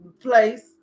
place